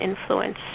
influence